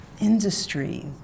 industry